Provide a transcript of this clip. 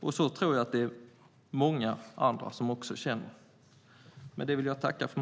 Så tror jag också att det är många andra som känner.